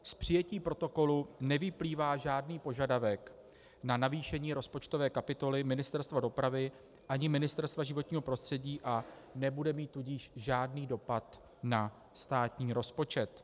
Z přijetí protokolu nevyplývá žádný požadavek na navýšení rozpočtové kapitoly Ministerstva dopravy ani Ministerstva životního prostředí, a nebude mít tudíž žádný dopad na státní rozpočet.